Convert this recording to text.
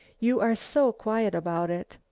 you are so quiet about it.